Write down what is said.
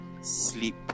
Sleep